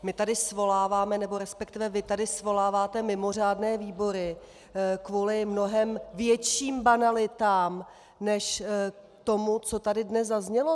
My tady svoláváme, nebo respektive vy tady svoláváte mimořádné výbory kvůli mnohem větším banalitám než tomu, co tady dnes zaznělo.